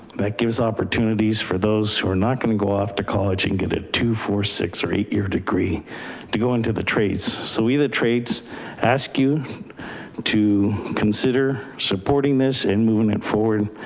that gives opportunities for those who are not going to go off to college and get a two, four, six or eight year degree to go into the trades. so either trades ask you to consider supporting this and moving it forward.